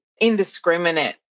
indiscriminate